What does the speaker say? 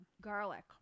Garlic